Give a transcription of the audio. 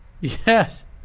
Yes